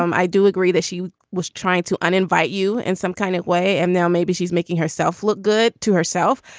um i do agree that she was trying to uninvite you in some kind of way and now maybe she's making herself look good to herself.